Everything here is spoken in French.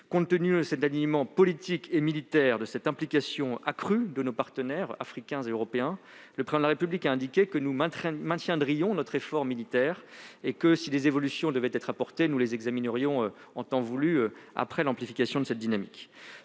Compte tenu de cet alignement politique et militaire, et de l'implication accrue de nos partenaires africains et européens, le Président de la République a indiqué que nous maintiendrions notre effort militaire et que, si des évolutions devaient être apportées, nous les examinerions en temps voulu, après l'amplification de cette dynamique.